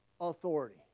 authority